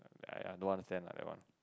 ya ya don't understand lah that one